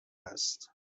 است